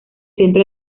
centro